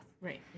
Right